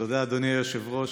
תודה, אדוני היושב-ראש.